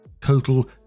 Total